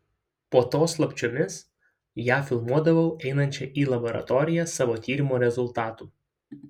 po to slapčiomis ją filmuodavau einančią į laboratoriją savo tyrimo rezultatų